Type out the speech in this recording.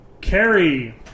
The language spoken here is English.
Carrie